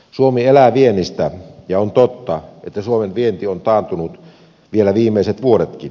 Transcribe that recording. suomi elää viennistä ja on totta että suomen vienti on taantunut vielä viimeiset vuodetkin